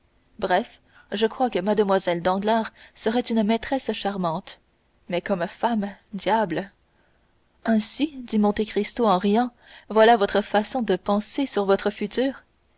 bref je crois que mlle danglars serait une maîtresse charmante mais comme femme diable ainsi dit monte cristo en riant voilà votre façon de penser sur votre future